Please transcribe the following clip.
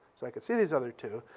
so i could see these other two.